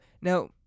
Now